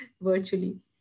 virtually